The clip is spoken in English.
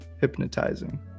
hypnotizing